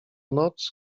noc